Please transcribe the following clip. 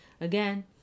Again